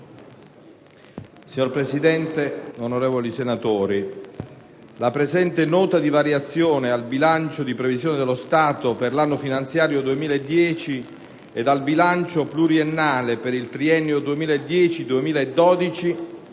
Signor Presidente, onorevoli senatori, la presente Nota di variazioni al bilancio di previsione dello Stato per 1'anno finanziario 2010 ed al bilancio pluriennale per il triennio 2010-2012